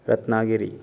Ratnagiri